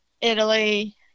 Italy